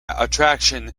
attraction